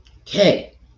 Okay